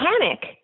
panic